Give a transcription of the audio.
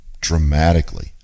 dramatically